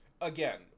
again